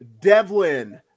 Devlin